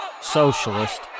socialist